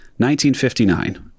1959